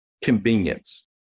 Convenience